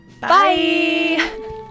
Bye